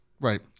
Right